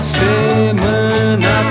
semana